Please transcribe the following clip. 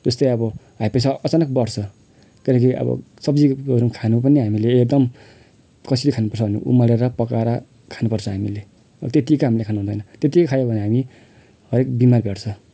जस्तै अब high pressure अचानक बढ्छ त्यहाँदेखि अब सब्जीहरू खानु पनि हामीले एकदम कसरी खानुपर्छ भने उमालेर पकाएर खानुपर्छ हामीले र त्यत्तिकै हामीले खानुहुँदैन त्यत्तिकै खायो भने हामी हरेक बिमार भेट्छ